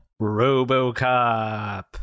RoboCop